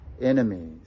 enemies